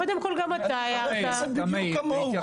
אני חבר כנסת בדיוק כמוהו,